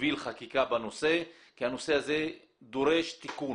תוביל חקיקה בנושא, כי הנושא הזה דורש תיקון